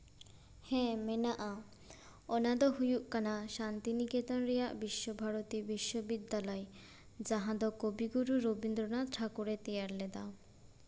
ᱦᱮᱸ ᱢᱮᱱᱟᱜᱼᱟ ᱚᱱᱟ ᱫᱚ ᱦᱩᱭᱩᱜ ᱠᱟᱱᱟ ᱥᱟᱱᱛᱤᱱᱤᱠᱮᱛᱚᱱ ᱨᱮᱭᱟᱜ ᱵᱤᱥᱥᱚᱼᱵᱷᱟᱨᱚᱛᱤ ᱵᱤᱥᱥᱚᱵᱤᱫᱽᱫᱟᱞᱚᱭ ᱡᱟᱦᱟᱸ ᱫᱚ ᱠᱚᱵᱤᱜᱩᱨᱩ ᱨᱚᱵᱤᱱᱫᱨᱚᱱᱟᱛᱷ ᱴᱷᱟᱠᱩᱨᱮᱭ ᱛᱮᱭᱟᱨ ᱞᱮᱫᱟ